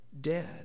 dead